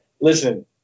Listen